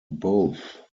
both